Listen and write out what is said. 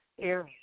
area